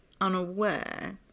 unaware